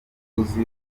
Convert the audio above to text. uzi